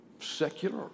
secular